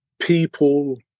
people